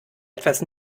etwas